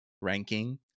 ranking